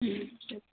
ಹ್ಞೂ ಸರಿ